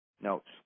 Notes